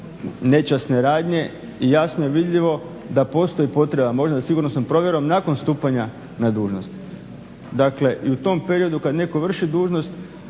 nečasne radnje i jasno je vidljivo da postoji potreba možda sigurnosnom provjerom nakon stupanja na dužnost. Dakle i u tom periodu kad netko vrši dužnost